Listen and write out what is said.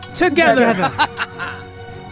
Together